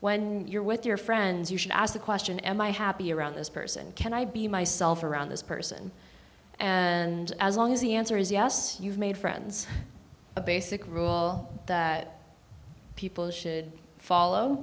when you're with your friends you should ask the question am i happy around this person can i be myself around this person and as long as the answer is yes you've made friends a basic rule that people should follow